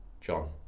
John